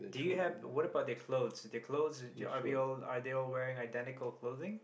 do you have what about the clothes the clothes are we all are they all wearing identical clothing